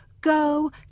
Go